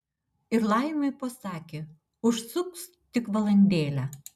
ir laimiui pasakė užsuks tik valandėlę